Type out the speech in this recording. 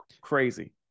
Crazy